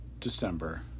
December